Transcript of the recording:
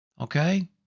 Okay